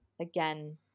again